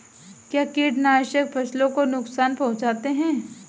क्या कीटनाशक फसलों को नुकसान पहुँचाते हैं?